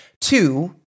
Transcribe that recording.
Two